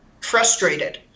frustrated